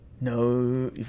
no